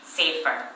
safer